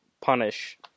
punish